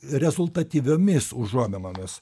rezultatyviomis užuominomis